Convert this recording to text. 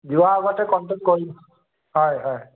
যোৱা আগতে কণ্টেক্ট কৰিম হয় হয়